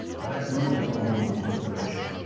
but that's none of the problem of the corporation.